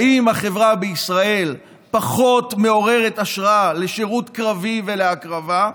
האם החברה בישראל פחות מעוררת השראה לשירות קרבי ולהקרבה?